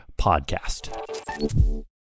podcast